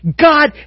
God